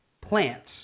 plants